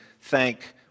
thank